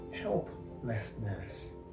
helplessness